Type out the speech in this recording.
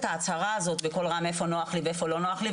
ההצהרה הזו בקול רם איפה נוח לי ואיפה לא נוח לי,